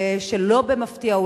ושלא במפתיע,